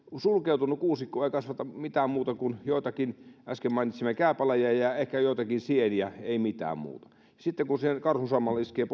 sulkeutunut kuusikko ei kasvata mitään muuta kuin joitakin äsken mainitsemiani kääpälajeja ja ehkä joitakin sieniä ei mitään muuta sitten kun siihen karhunsammal iskee